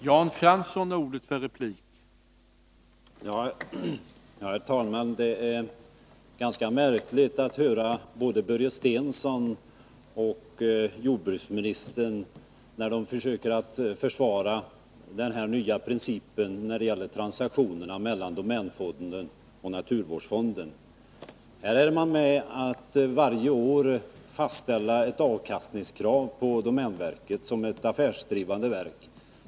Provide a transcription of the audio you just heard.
Herr talman! Det är märkligt att höra både Börje Stensson och jordbruksministern försöka försvara den nya principen när det gäller transaktioner mellan domänfonden och naturvårdsfonden. Här är man med om att varje år fastställa ett avkastningskrav på domänverket, som är ett affärsdrivande verk.